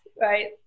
right